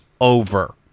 over